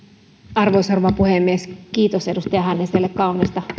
arvoisa rouva puhemies kiitos edustaja hänniselle kauniista